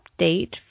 update